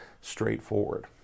straightforward